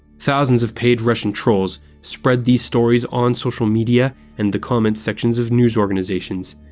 thousands of paid russian trolls spread these stories on social media and the comment sections of news organizations.